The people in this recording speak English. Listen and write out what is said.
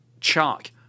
Chuck